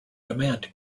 demand